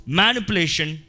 manipulation